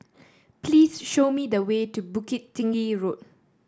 please show me the way to Bukit Tinggi Road